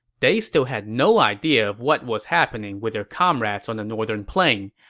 they still had no idea of what was happening with their comrades on the northern plain.